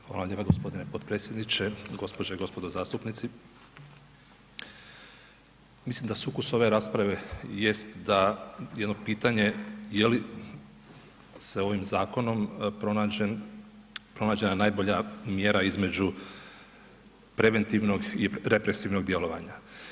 Hvala lijepa g. potpredsjedniče, gospođe i gospodo zastupnici, mislim da sukus ove rasprave jest da jedno pitanje je li se ovim zakonom pronađena najbolja mjera između preventivnog i represivnog djelovanja.